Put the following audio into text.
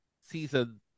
season